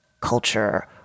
culture